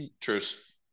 truce